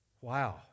Wow